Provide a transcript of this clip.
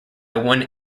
one